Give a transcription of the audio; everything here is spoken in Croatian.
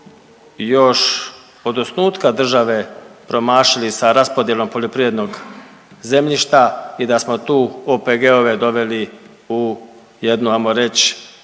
još od osnutka države promašili sa raspodjelom poljoprivrednog zemljišta i da smo tu OPG-ove doveli u jednu ajmo reći